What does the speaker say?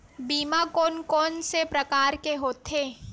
बीमा कोन कोन से प्रकार के होथे?